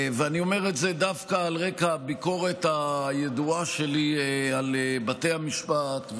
ואני אומר את זה דווקא על רקע הביקורת הידועה שלי על בתי המשפט,